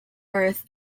birth